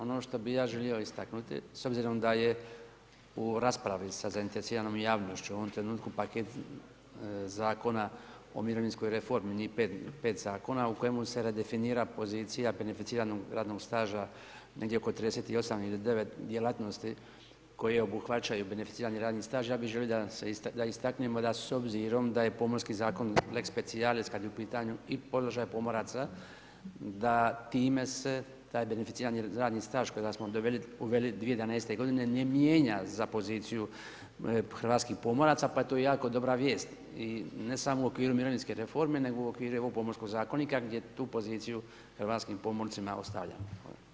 Ono što bih ja želio istaknuti s obzirom da je u raspravi sa zainteresiranom javnošću u ovom trenutku paket zakona o mirovinskoj reformi, pet zakona, u kojima se redefinira pozicija beneficiranog radnog staža negdje oko 38 ili devet djelatnosti koje obuhvaćaju beneficirani radni staž, ja bih želio da istaknemo da s obzirom da je Pomorski zakonik Lex specialis kad je u pitanju položaj pomoraca da time se taj beneficirani radni staž kojega smo uveli 2011. godine ne mijenja za poziciju hrvatskih pomoraca pa je to jako dobra vijest i ne samo u okviru mirovinske reforme nego i u okviru ovom Pomorskog zakonika gdje tu poziciju hrvatskom pomorcima ostavljamo.